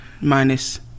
minus